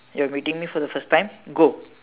you're meeting me for the first time go